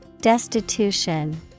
destitution